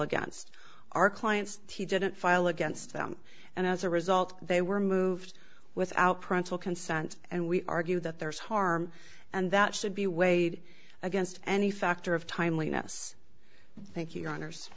against our clients he didn't file against them and as a result they were moved without parental consent and we argue that there is harm and that should be weighed against any factor of timeliness thank you honors